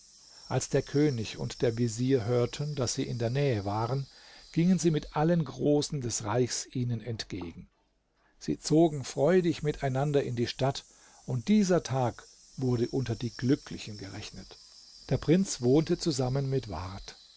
als der könig und der vezier hörten daß sie in der nähe waren gingen sie mit allen großen des reichs ihnen entgegen sie zogen freudig miteinander in die stadt und dieser tag wurde unter die glücklichen gerechnet der prinz wohnte zusammen mit ward